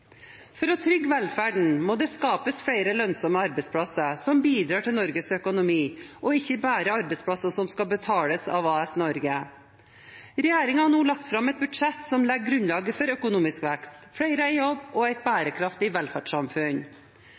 For å trygge velferden må det skapes flere lønnsomme arbeidsplasser som bidrar til Norges økonomi, og ikke bare arbeidsplasser som skal betales av AS Norge. Regjeringen har nå lagt fram et budsjett som legger grunnlag for økonomisk vekst, flere i jobb og et bærekraftig velferdssamfunn.